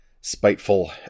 spiteful